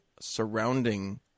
surrounding